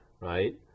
right